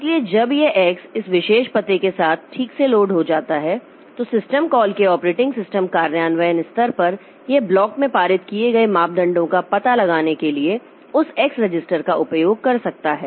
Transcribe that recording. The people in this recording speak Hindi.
इसलिए जब यह x इस विशेष पते के साथ ठीक से लोड हो जाता है तो सिस्टम कॉल के ऑपरेटिंग सिस्टम कार्यान्वयन स्तर पर यह ब्लॉक में पारित किए गए मापदंडों का पता लगाने के लिए उस x रजिस्टर का उपयोग कर सकता है